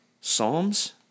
Psalms